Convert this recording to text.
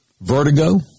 vertigo